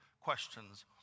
questions